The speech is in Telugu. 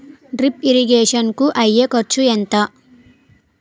డ్రిప్ ఇరిగేషన్ కూ అయ్యే ఖర్చు ఎంత?